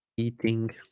eating